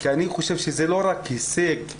כי אני חושב שזה לא רק הישג נאה,